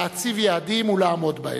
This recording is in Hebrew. להציב יעדים ולעמוד בהם.